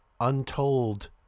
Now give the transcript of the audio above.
untold